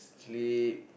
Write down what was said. sleep